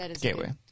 Gateway